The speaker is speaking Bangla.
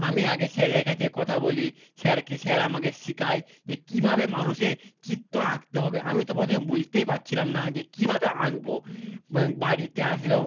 আমি আগে স্যারের কাছে কথা বলি স্যারকে স্যার আমাকে শেখায় যে কীভাবে মানুষের চিত্ত আঁকতে হবে আমি তো প্রথমে বুঝতেই পারছিলাম না যে কীভাবে আঁকবো বাড়িতে আসলেও